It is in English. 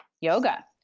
yoga